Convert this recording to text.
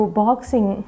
boxing